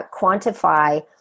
quantify